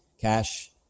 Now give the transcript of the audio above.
cash